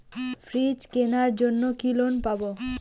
Fridge কেনার জন্য কি লোন পাব?